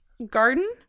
Garden